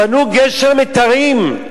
בנו גשר מיתרים,